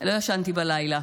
לא ישנתי בלילה,